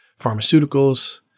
pharmaceuticals